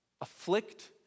afflict